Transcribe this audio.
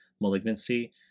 malignancy